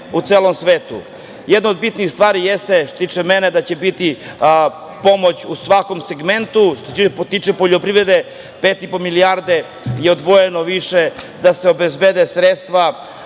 u celom svetu. Jedna od bitnih stvari jeste, što se tiče mene, da će biti pomoć u svakom segmentu što se tiče poljoprivrede. Pet i po milijardi je odvojeno više da se obezbede sredstva